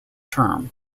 term